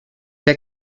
der